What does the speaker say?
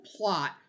plot